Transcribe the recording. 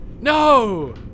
No